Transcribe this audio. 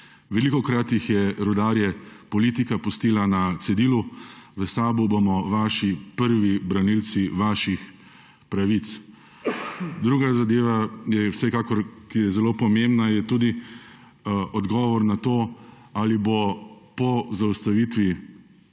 Velikokrat je rudarje politika pustila na cedilu. V SAB bomo vaši prvi branilci vaših pravic. Druga zadeva, ki je zelo pomembna, je tudi odgovor na to, ali se bo po zaustavitvi